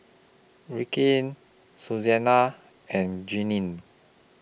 Rickie Susanne and Glennie